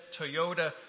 Toyota